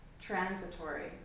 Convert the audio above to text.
Transitory